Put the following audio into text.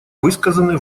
высказанные